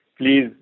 please